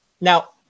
Now